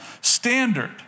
standard